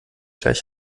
gleich